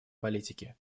политики